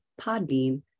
Podbean